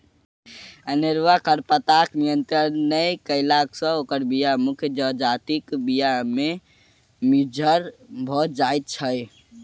अनेरूआ खरपातक नियंत्रण नै कयला सॅ ओकर बीया मुख्य जजातिक बीया मे मिज्झर भ जाइत छै